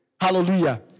Hallelujah